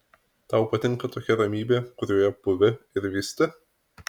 tau patinka tokia ramybė kurioje pūvi ir vysti